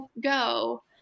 go